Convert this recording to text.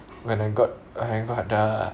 when I got uh hang on the